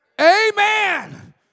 Amen